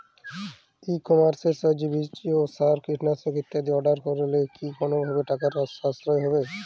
ই কমার্সের সাহায্যে বীজ সার ও কীটনাশক ইত্যাদি অর্ডার করলে কি কোনোভাবে টাকার সাশ্রয় হবে?